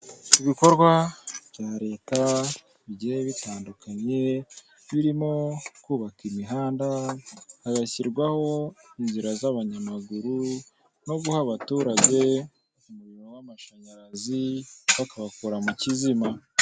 Ibikorwa bya leta bigiye bitandukanye birimo kubaka imihanda, hagashyirwaho inzira z'abanyamaguru, no guha abaturage umuriro w'amashanyarazi, bakabakura mu kizima.